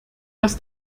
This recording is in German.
dass